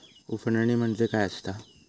उफणणी म्हणजे काय असतां?